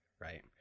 right